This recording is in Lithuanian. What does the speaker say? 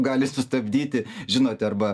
gali sustabdyti žinote arba